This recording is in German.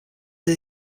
sie